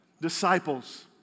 Disciples